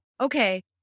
Okay